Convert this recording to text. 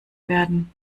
werden